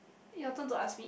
your turn to ask me